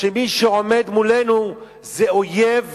שמי שעומד מולנו זה אויב